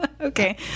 Okay